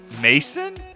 Mason